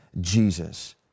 Jesus